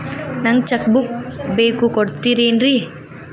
ನಂಗ cheque book ಬೇಕು ಕೊಡ್ತಿರೇನ್ರಿ?